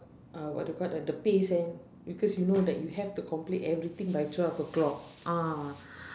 uh what do you call that the pace eh because you know that you have complete everything by twelve o'clock ah